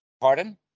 Pardon